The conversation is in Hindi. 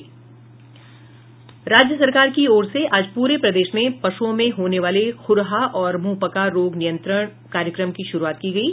राज्य सरकार की ओर से आज पूरे प्रदेश में पश्ञओं में होने वाले ख्रहा और मुंहपका रोग नियंत्रण कार्यक्रम की शुरूआत की गयी